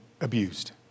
abused